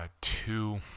two